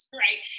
right